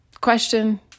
question